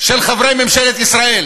של חברי ממשלת ישראל.